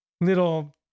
little